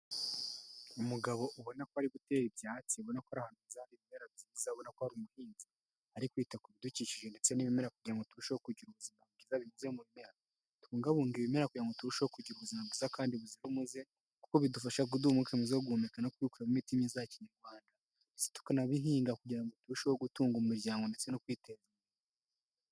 Umugabo ubona ko ari gutera ibyatsi ubona ko ari ahantu heza hari ibimera byiza abona ko ari umuhinzi ari kwita ku bidukikije ndetse n'ibimera kugira ngo turusheho kugira ubuzima bwiza binyuze mu bimera, tubungabunge ibimera kugirango ngo turusheho kugira ubuzima busa kandi buzira umuze kuko bidufasha guduha umwuka mwiza wo guhumeka no kubikuramo imitima iza Kinyarwanda tukanabihinga kugirango turusheho gutunga umuryango ndetse no kwiteza imbere.